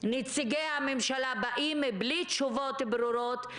נציגי הממשלה באים בלי תשובות ברורות,